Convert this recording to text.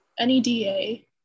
NEDA